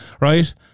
right